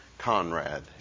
Conrad